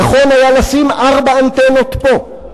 נכון היה לשים ארבע אנטנות פה,